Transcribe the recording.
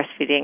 breastfeeding